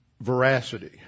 veracity